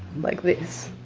like these,